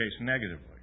negatively